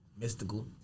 Mystical